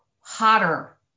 hotter